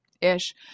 ish